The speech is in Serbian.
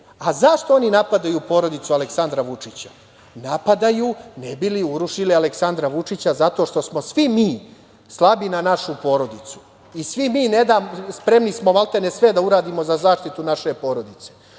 Tepić.Zašto oni napadaju porodicu Aleksandra Vučića? Napadaju ne bi li urušili Aleksandra Vučića zato što smo svi mi slabi na našu porodicu i svi mi ne damo i spremni smo maltene sve da uradimo za zaštitu naše porodice. Hoće